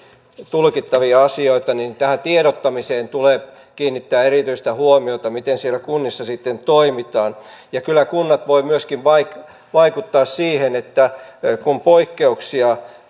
tulkittavia asioita niin tähän tiedottamiseen tulee kiinnittää erityistä huomiota miten siellä kunnissa sitten toimitaan kyllä kunnat voivat myöskin vaikuttaa siihen kun poikkeuksia